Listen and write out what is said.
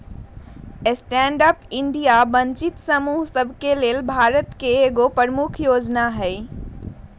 stand up India वंचित समूह सभके लेल भारत सरकार के एगो प्रमुख जोजना हइ